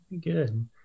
Good